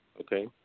Okay